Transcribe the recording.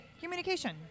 communication